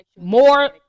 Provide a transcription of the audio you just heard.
more